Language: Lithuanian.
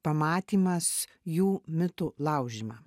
pamatymas jų mitų laužymą